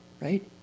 right